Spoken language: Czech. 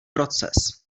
proces